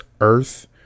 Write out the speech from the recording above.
earth